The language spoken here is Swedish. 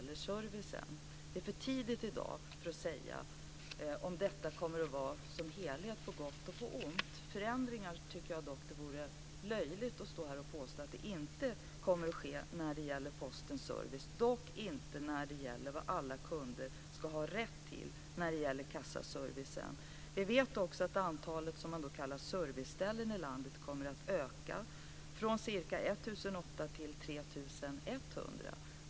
Det är i dag för tidigt att säga om detta som helhet kommer att vara på gott eller på ont. Det vore löjligt att påstå att det inte kommer att ske några förändringar av Postens service. Det gäller dock inte det som alla ska ha rätt till när det gäller kassaservice. Vi vet också att antalet serviceställen i landet kommer att öka från ca 1 008 till 3 100.